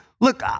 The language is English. look